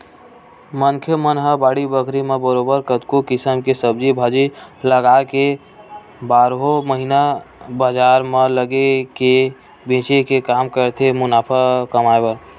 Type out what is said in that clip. मनखे मन ह बाड़ी बखरी म बरोबर कतको किसम के सब्जी भाजी लगाके बारहो महिना बजार म लेग के बेंचे के काम करथे मुनाफा कमाए बर